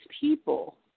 people